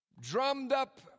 drummed-up